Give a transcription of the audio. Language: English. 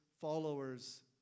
followers